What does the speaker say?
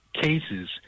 cases